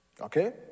Okay